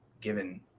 given